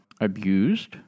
abused